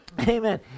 Amen